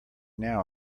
now